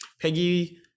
peggy